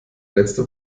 letzte